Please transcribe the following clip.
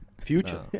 Future